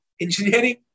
engineering